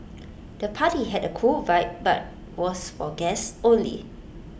the party had A cool vibe but was for guests only